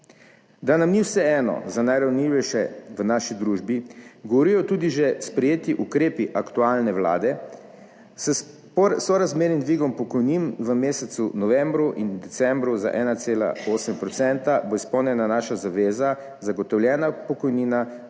Da nam ni vseeno za najranljivejše v naši družbi, govorijo tudi že sprejeti ukrepi aktualne vlade. S sorazmernim dvigom pokojnin v mesecu novembru in decembru za 1,8 % bo izpolnjena naša zaveza – zagotovljena pokojnina